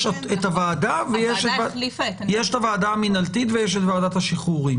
יש את הוועדה המינהלתית ויש את ועדת השחרורים.